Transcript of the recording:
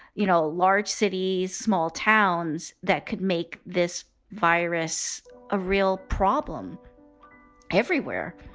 you know, large cities, small towns that could make this virus a real problem everywhere